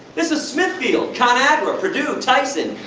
this is smithfield, conagra, perdue, tyson,